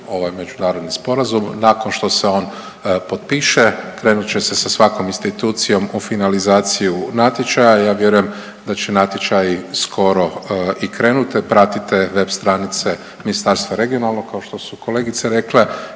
ovaj međunarodni sporazum, nakon što se on potpiše krenut će se sa svakom institucijom u finalizaciju natječaja, ja vjerujem da će natječaj skoro i krenut, pratite web stranice Ministarstva regionalnog kao što su kolegice rekle